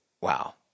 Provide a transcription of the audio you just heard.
Wow